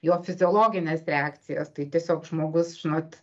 jo fiziologines reakcijas tai tiesiog žmogus žinot